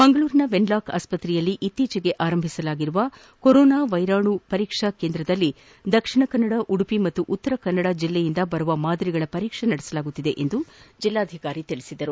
ಮಂಗಳೂರಿನ ವೆನ್ಲಾಕ್ ಆಸ್ತಕ್ರೆಯಲ್ಲಿ ಇತ್ತೀಚೆಗೆ ಆರಂಭಿಸಲಾಗಿರುವ ಕೊರೊನಾ ವೈರಾಣು ಪರೀಕ್ಷಾ ಕೇಂದ್ರದಲ್ಲಿ ದಕ್ಷಿಣ ಕನ್ನಡ ಉಡುಪಿ ಮತ್ತು ಉತ್ತರ ಕನ್ನಡ ಜಿಲ್ಲೆಯಿಂದ ಬರುವ ಮಾದರಿಗಳ ಪರೀಕ್ಷೆ ನಡೆಸಲಾಗುತ್ತಿದೆ ಎಂದು ಜಿಲ್ಲಾಧಿಕಾರಿ ಹೇಳಿದರು